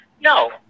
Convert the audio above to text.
no